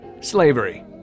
slavery